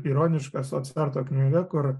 ironiška socarto knyga kur